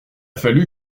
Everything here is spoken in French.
fallu